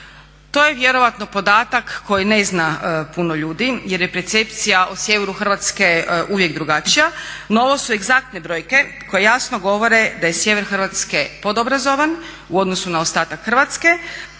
To je vjerojatno podatak koji ne zna puno ljudi, jer je percepcija o sjeveru Hrvatske uvijek drugačija, no ovo su egzaktne brojke koje jasno govore da je sjever Hrvatske podobrazovan u odnosu na ostatak Hrvatske,